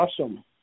awesome